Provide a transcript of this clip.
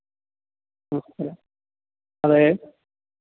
അതേ